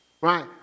Right